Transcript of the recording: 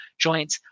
joints